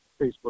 Facebook